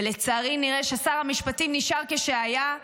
ולצערי נראה ששר המשפטים נשאר כשהיה,